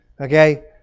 Okay